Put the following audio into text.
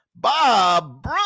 Bob